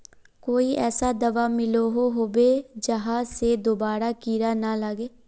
कोई ऐसा दाबा मिलोहो होबे जहा से दोबारा कीड़ा ना लागे?